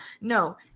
No